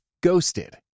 Ghosted